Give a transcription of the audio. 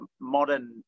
modern